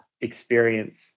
experience